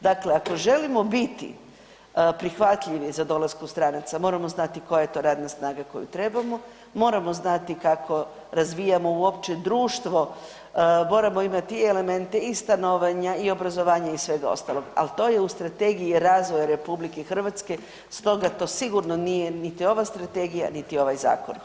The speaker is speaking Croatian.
Dakle, ako želimo biti prihvatljivi za dolasku stranaca moramo znati koja je to radna snaga koju trebamo, moramo znati kako razvijamo uopće društvo, moramo imati i elemente i stanovanja i obrazovanja i svega ostaloga, ali to je u strategiji razvoja RH, stoga to sigurno nije niti ova strategija, niti ovaj zakon.